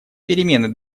перемены